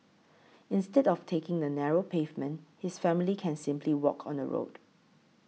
instead of taking the narrow pavement his family can simply walk on the road